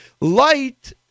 Light